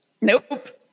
nope